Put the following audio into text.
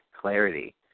clarity